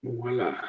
Voilà